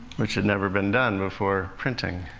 which had never been done before printing.